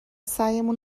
سعیمون